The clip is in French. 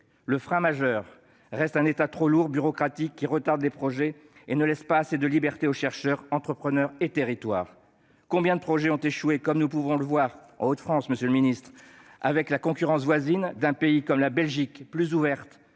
Le frein majeur reste un État trop lourd, bureaucratique, qui retarde les projets et ne laisse pas assez de liberté aux chercheurs, aux entrepreneurs et aux territoires. Combien de projets ont échoué, comme nous pouvons le voir dans les Hauts-de-France, monsieur le ministre, face à la concurrence d'un pays voisin comme la Belgique, plus ouverte